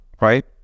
right